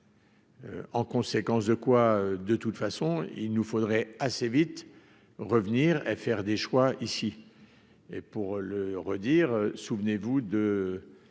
En conséquence de quoi, de toute façon, il nous faudrait assez vite revenir et faire des choix ici et pour le redire : souvenez-vous de